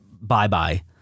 bye-bye